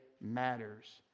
matters